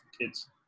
kids